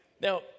Now